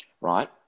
right